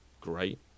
great